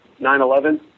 9/11